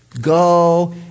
go